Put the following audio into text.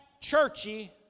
churchy